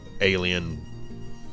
alien